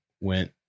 went